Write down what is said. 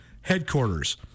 headquarters